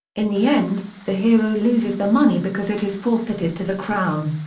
in the end, the hero loses the money because it is forfeited to the crown.